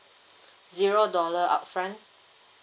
zero dollar upfront